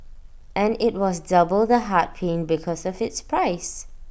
and IT was double the heart pain because of its price